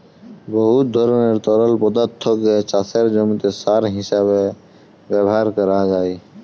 বহুত ধরলের তরল পদাথ্থকে চাষের জমিতে সার হিঁসাবে ব্যাভার ক্যরা যায়